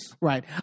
Right